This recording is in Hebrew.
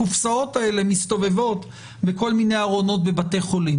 הקופסאות האלה מסתובבות בכל מיני ארונות בבתי חולים,